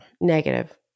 negative